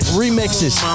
remixes